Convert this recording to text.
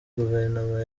guverinoma